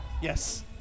Yes